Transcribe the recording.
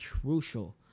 crucial